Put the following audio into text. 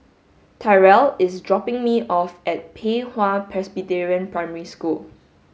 Tyrell is dropping me off at Pei Hwa Presbyterian Primary School